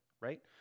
right